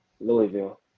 Louisville